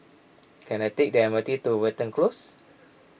can I take the M R T to Watten Close